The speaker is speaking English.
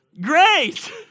great